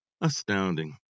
Astounding